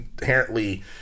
inherently